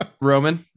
Roman